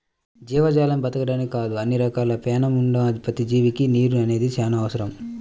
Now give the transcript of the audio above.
జీవజాలం బతకడానికే కాదు అన్ని రకాలుగా పేణం ఉన్న ప్రతి జీవికి నీరు అనేది చానా అవసరం